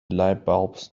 lightbulbs